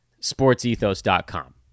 SportsEthos.com